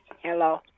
Hello